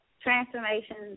transformations